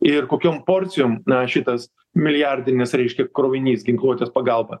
ir kokiom porcijom na šitas milijardinis reiškia krovinys ginkluotės pagalba